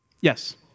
Yes